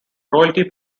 royalty